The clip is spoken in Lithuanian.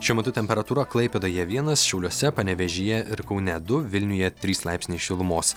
šiuo metu temperatūra klaipėdoje vienas šiauliuose panevėžyje ir kaune du vilniuje trys laipsniai šilumos